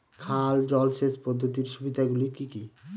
খাল জলসেচ পদ্ধতির সুবিধাগুলি কি কি?